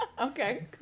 Okay